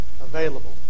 available